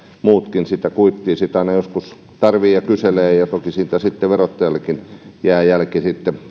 muutkin sitä kuittia sitten aina joskus tarvitsevat ja kyselevät ja toki siitä sitten verottajallekin jää jälki